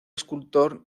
escultor